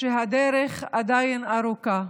שהדרך עדין ארוכה,